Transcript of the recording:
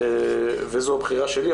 וזו הבחירה שלי.